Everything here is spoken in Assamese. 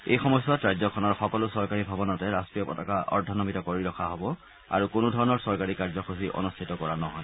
এই সময়ছোৱাত ৰাজ্যখনৰ সকলো চৰকাৰী ভৱনতে ৰাষ্ট্ৰীয় পতাকা অৰ্ধনমিত কৰি ৰখা হব আৰু কোনো ধৰণৰ চৰকাৰী কাৰ্যসূচী অনুষ্ঠিত কৰা নহয়